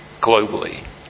globally